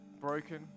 Broken